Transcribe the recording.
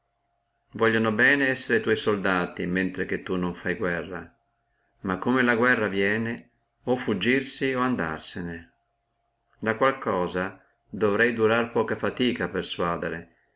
vogliono bene essere tuoi soldati mentre che tu non fai guerra ma come la guerra viene o fuggirsi o andarsene la qual cosa doverrei durare poca fatica a persuadere